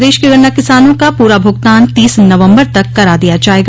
प्रदेश के गन्ना किसानों का पूरा भुगतान तीस नवम्बर तक करा दिया जायेगा